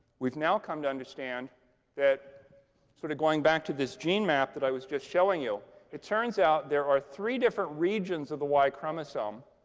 we've now come to understand that sort of going back to this gene map that i was just showing you it turns out there are three different regions of the y chromosome,